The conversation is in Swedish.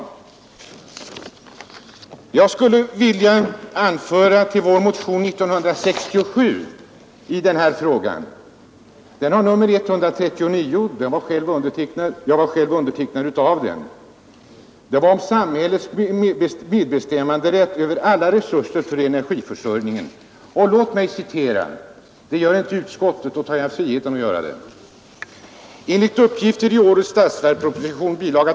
Jag vill också hänvisa till vår motion 139 år 1967 i denna fråga. Jag var själv en av undertecknarna, och den gällde samhällelig medbestämmanderätt över alla resurser för energiförsörjningen. Eftersom utskottet inte citerar någonting ur den motionen tar jag mig friheten att göra det: ”Enligt uppgifter i årets statsverksproposition bil.